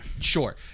Sure